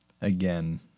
again